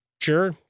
sure